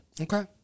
Okay